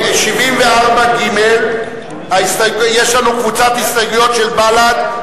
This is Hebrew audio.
בעמוד 74ג' יש לנו קבוצת הסתייגויות של בל"ד,